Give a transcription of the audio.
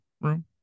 room